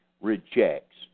rejects